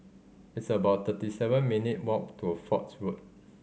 it's about thirty seven minute walk to Forts Road